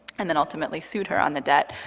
and then ultimately sued her on the debt,